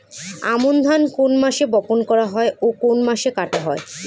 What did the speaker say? আমন ধান কোন মাসে বপন করা হয় ও কোন মাসে কাটা হয়?